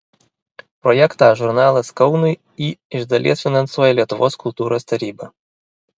projektą žurnalas kaunui į iš dalies finansuoja lietuvos kultūros taryba